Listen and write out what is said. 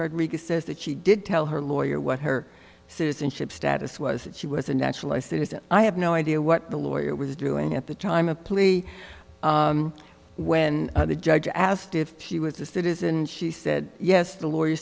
rodriguez says that she did tell her lawyer what her citizenship status was that she was a naturalized citizen i have no idea what the lawyer was doing at the time of plea when the judge asked if she was a citizen and she said yes the lawyer